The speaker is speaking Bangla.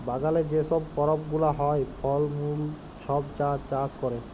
বাগালে যে ছব করপ গুলা হ্যয়, ফল মূল ছব যা চাষ ক্যরে